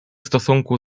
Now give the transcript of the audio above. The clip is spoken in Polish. stosunku